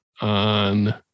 on